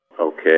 Okay